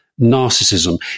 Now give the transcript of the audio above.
narcissism